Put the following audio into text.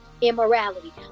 immorality